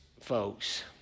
folks